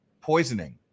poisoning